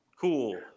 Cool